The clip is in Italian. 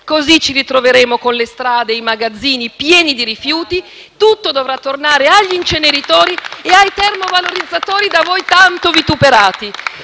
così ci ritroveremo con le strade e i magazzini pieni di rifiuti e tutto dovrà tornare agli inceneritori e ai termovalorizzatori da voi tanto vituperati.